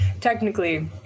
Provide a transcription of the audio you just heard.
Technically